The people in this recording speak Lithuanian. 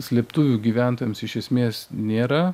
slėptuvių gyventojams iš esmės nėra